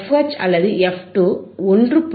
H அல்லது F 2 1